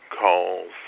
calls